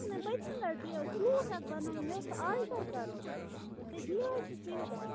تۄہہِ اوسوٕ نہٕ حظ پٕتۍمہِ لَٹہِ سوٗٹ اَکھ بَنوٚومُت مےٚ اوس سُہ آلٹر کَرُن تُہُۍ دیٖوٕ حظ سُہ